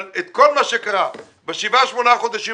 אבל את כל מה שקרה בשבעה-שמונה חודשים